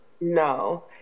no